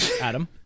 Adam